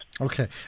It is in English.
Okay